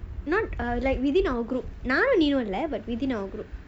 not a like within our group நானும் நீயுமில்ல:naanum neeyumilla but within our group